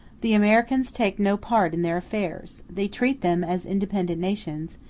the americans take no part in their affairs they treat them as independent nations,